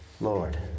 Lord